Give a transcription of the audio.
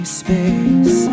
space